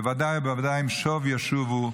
בוודאי ובוודאי הם שוב ישובו,